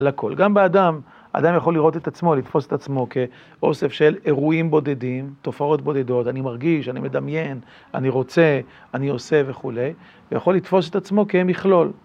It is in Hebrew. גם באדם, אדם יכול לראות את עצמו לתפוס את עצמו כאוסף של אירועים בודדים תופעות בודדות, אני מרגיש, אני מדמיין, אני רוצה, אני עושה וכולי ויכול לתפוס את עצמו כמכלול.